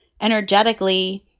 Energetically